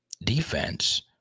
defense